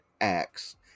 acts